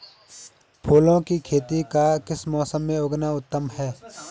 फूलों की खेती का किस मौसम में उगना उत्तम है?